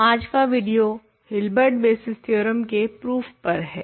तो आज का विडियो हिल्बर्ट बसिस थ्योरम के प्रूफ पर है